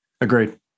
Agreed